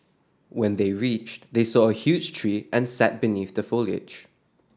when they reached they saw a huge tree and sat beneath the foliage